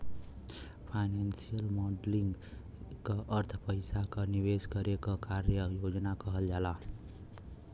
financial modelling क अर्थ पइसा क निवेश करे क कार्य योजना कहल जाला